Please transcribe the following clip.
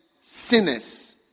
sinners